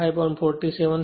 47 2 1